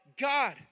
God